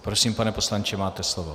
Prosím, pane poslanče, máte slovo.